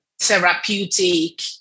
therapeutic